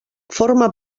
forme